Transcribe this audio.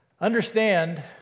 understand